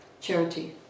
charity